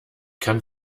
kann